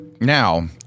Now